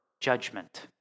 judgment